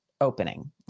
opening